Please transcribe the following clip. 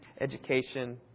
education